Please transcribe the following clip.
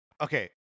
okay